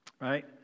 right